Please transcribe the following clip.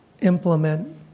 implement